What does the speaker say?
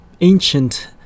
ancient